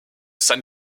san